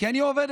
כי אני עובדת.